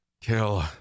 kill